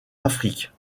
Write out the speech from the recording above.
afrique